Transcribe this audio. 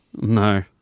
No